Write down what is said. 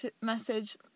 message